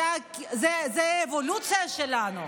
זאת האבולוציה שלנו.